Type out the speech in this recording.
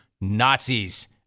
Nazis